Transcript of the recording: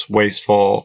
wasteful